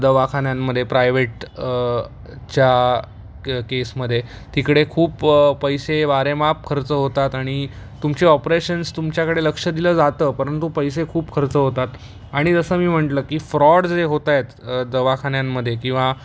दवाखान्यांमध्ये प्रायवेट च्या के केसमध्ये तिकडे खूप पैसे वारेमाप खर्च होतात आणि तुमची ऑपरेशन्स तुमच्याकडे लक्ष दिलं जातं परंतु पैसे खूप खर्च होतात आणि जसं मी म्हंटलं की फ्रॉड जे होत आहेत दवाखान्यांमध्ये किंवा